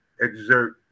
exert